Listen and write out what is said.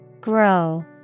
Grow